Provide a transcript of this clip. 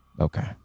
Okay